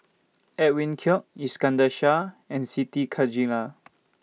Edwin Koek Iskandar Shah and Siti Khalijah